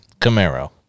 Camaro